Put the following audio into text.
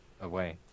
away